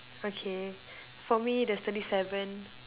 okay for me there's thirty seven